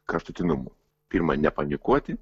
kraštutinumų pirma nepanikuoti